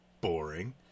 boring